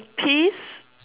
peace